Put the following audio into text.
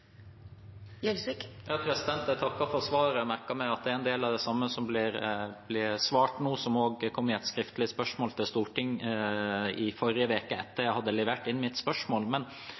Jeg takker for svaret. Jeg merker meg at det er en del av det samme som blir svart nå, som også kom i et skriftlig svar til Stortinget i forrige uke, etter at jeg hadde levert inn mitt spørsmål.